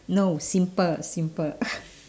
no simple simple